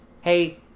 hey